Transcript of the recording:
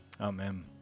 Amen